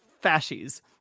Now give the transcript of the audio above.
fascists